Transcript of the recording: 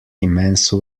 immense